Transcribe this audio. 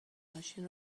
ماشین